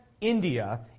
India